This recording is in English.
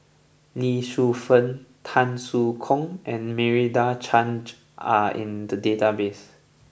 Lee Shu Fen Tan Soo Khoon and Meira Chand are in the database